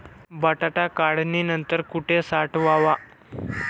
बटाटा काढणी नंतर कुठे साठवावा?